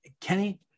Kenny